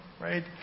right